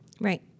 Right